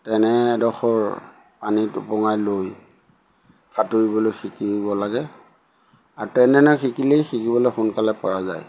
তেনে এডখৰ পানীত উপঙাই লৈ সাঁতুৰিবলৈ শিকিব লাগে আৰু তেনেধৰণে শিকিলেই শিকিবলৈ সোনকালে পৰা যায়